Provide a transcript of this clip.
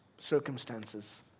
circumstances